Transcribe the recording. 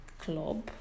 club